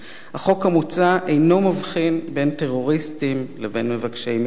החוק המוצע אינו מבחין בין טרוריסטים למבקשי מקלט